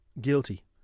guilty